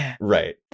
right